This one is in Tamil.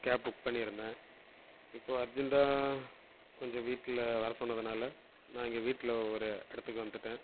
கேப் புக் பண்ணியிருந்தேன் இப்போது அர்ஜெண்ட்டாக கொஞ்சம் வீட்டில் வர சொன்னதினால நான் இங்கே வீட்டில் ஒரு இடத்துக்கு வந்துட்டேன்